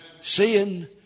Seeing